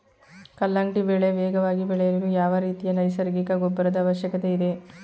ಕಲ್ಲಂಗಡಿ ಬೆಳೆ ವೇಗವಾಗಿ ಬೆಳೆಯಲು ಯಾವ ರೀತಿಯ ನೈಸರ್ಗಿಕ ಗೊಬ್ಬರದ ಅವಶ್ಯಕತೆ ಇದೆ?